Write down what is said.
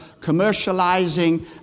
commercializing